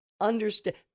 understand